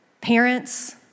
Parents